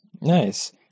Nice